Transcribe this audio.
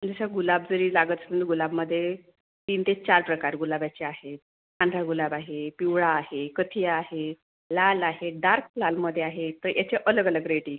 गुलाब जरी लागत असेल गुलाबमध्ये तीन ते चार प्रकार गुलाबाचे आहे पांढरा गुलाब आहे पिवळा आहे कथिया आहे लाल आहे डार्क लालमध्ये आहे तर याचे अलग अलग रेट येईल